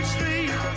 Street